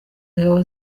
ingabo